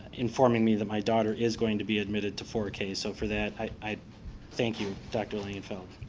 informing me that my daughter is going to be admitted to four k, so for that i thank you, dr. langenfeld.